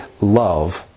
love